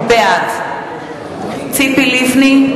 בעד ציפי לבני,